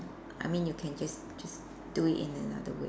I mean you can just just do it in another way